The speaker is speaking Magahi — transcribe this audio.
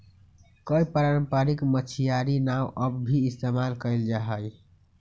कई पारम्परिक मछियारी नाव अब भी इस्तेमाल कइल जाहई